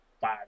five